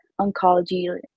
oncology